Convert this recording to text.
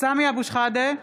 סמי אבו שחאדה,